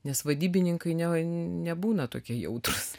nes vadybininkai ne nebūna tokie jautrūs